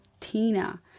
Tina